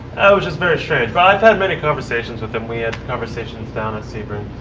was just very strange. but i've had many conversations with him. we had conversations down at sebring.